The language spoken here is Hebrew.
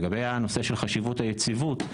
לגבי הנושא של חשיבות היציבות,